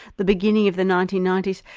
the beginning of the nineteen ninety s,